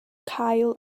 cael